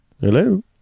Hello